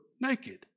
naked